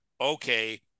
okay